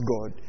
God